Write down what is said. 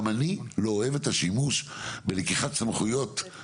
גם אני לא אוהב את השימוש בלקיחת סמכויות.